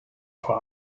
vor